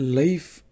life